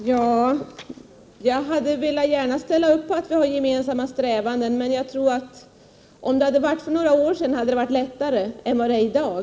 Fru talman! Jag skulle önska att jag kunde hålla med om detta med en gemensam strävan. Men jag tror att det skulle ha varit lättare för några år sedan än det är i dag.